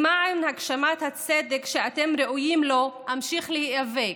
למען הגשמת הצדק שאתם ראויים לו אמשיך להיאבק.